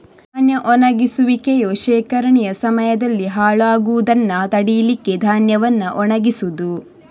ಧಾನ್ಯ ಒಣಗಿಸುವಿಕೆಯು ಶೇಖರಣೆಯ ಸಮಯದಲ್ಲಿ ಹಾಳಾಗುದನ್ನ ತಡೀಲಿಕ್ಕೆ ಧಾನ್ಯವನ್ನ ಒಣಗಿಸುದು